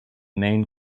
main